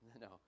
no